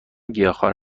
گیاهخوار